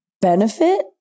Benefit